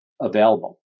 available